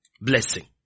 blessing